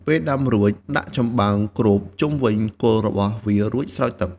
ពេលដាំរួចដាក់ចំបើងគ្របជុំវិញគល់របស់វារួចស្រោចទឹក។